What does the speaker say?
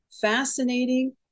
fascinating